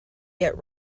yet